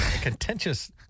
contentious